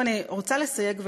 אני רוצה לסייג ולומר: